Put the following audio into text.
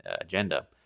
agenda